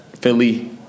Philly